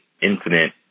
incident